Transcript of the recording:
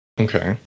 okay